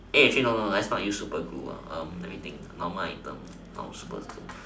actually no no actually let's not use super glue let me think normal item not of super glue